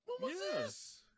Yes